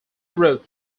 wrote